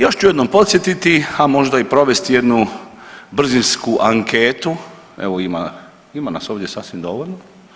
Još ću jednom podsjetiti, a možda i provesti jednu brzinu anketu, evo ima, ima nas ovdje sasvim dovoljno.